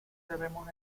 debemos